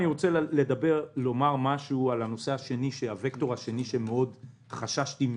אני רוצה לומר משהו לגבי הווקטור השני שחששתי מאוד